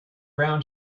brown